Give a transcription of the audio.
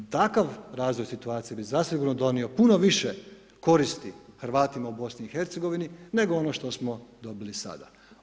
Takav razvoj situacije bi zasigurno donio puno više koristi Hrvatima u BiH nego ono što smo dobili sada.